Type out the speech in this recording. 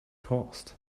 caused